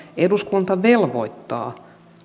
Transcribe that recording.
eduskunta velvoittaa